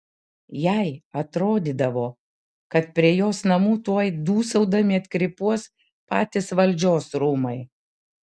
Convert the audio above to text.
jai atrodydavo kad prie jos namų tuoj dūsaudami atkrypuos patys valdžios rūmai